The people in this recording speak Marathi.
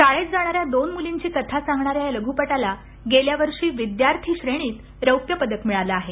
शाळेत जाणाऱ्या दोन मुलींची कथा सांगणा या या लघ्पटाला गेल्या वर्षी विद्यार्थी श्रेणीत रौप्य पदक मिळालं आहे